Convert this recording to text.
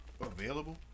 available